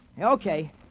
Okay